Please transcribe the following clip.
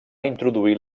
introduir